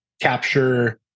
capture